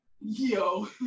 Yo